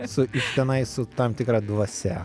su iš tenais su tam tikra dvasia